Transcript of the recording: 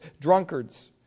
drunkards